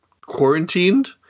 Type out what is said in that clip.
quarantined